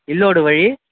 இல்லோடு வழி